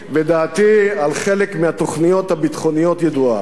ודעתי על חלק מהתוכניות הביטחוניות ידועה.